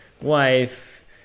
wife